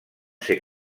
ser